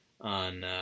on